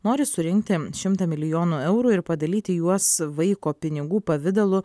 nori surinkti šimtą milijonų eurų ir padalyti juos vaiko pinigų pavidalu